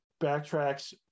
Backtracks